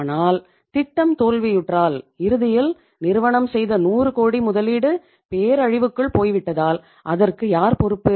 ஆனால் திட்டம் தோல்வியுற்றால் இறுதியில் நிறுவனம் செய்த 100 கோடி முதலீடு பேரழிவுக்குள் போய்விட்டால் அதற்கு யார் பொறுப்பு